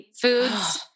foods